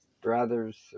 brothers